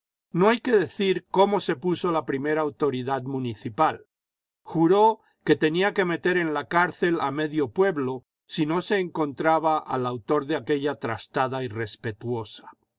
no hay que decir cómo se puso la primera autoridad municipal juró que tenía que meter en la cárcel a medio pueblo si no se encontraba al autor de aquella trastada irrespetuosa